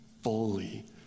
Fully